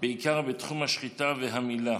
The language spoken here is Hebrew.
בעיקר בתחום השחיטה והמילה,